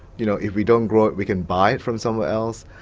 you know, if we don't grow it, we can buy it from somewhere else.